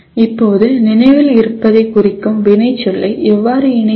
இப்போது நினைவில் இருப்பதைக் குறிக்கும் வினைச்சொல்லை எவ்வாறு இணைப்பது